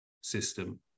system